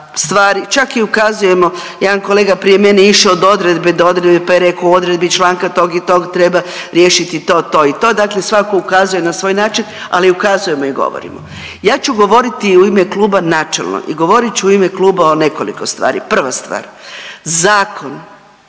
stvari čak i ukazujemo, jedan kolega prije mene je išao od odredbe do odredba pa je rekao u odredbi članka tog i tog treba riješiti to, to i to. Dakle, svako ukazuje na svoj način, ali ukazujemo i govorimo. Ja ću govoriti u ime kluba načelno i govorit ću ime kluba o nekoliko stvari. Prva stvar, zakon